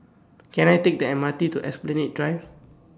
Can I Take The M R T to Esplanade Drive